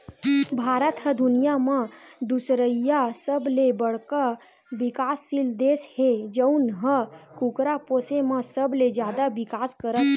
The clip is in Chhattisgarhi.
भारत ह दुनिया म दुसरइया सबले बड़का बिकाससील देस हे जउन ह कुकरा पोसे म सबले जादा बिकास करत हे